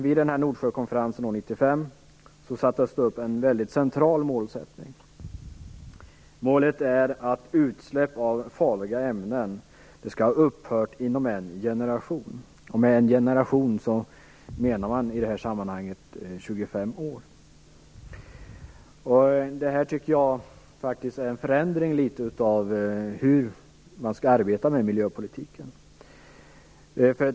Vid Nordsjökonferensen 1995 sattes ett mycket centralt mål upp. Målet är att utsläpp av farliga ämnen skall ha upphört inom en generation. Och med en generation menar man i detta sammanhang 25 år. Detta tycker jag faktiskt är en förändring av hur man skall arbeta med miljöpolitiken.